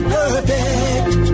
perfect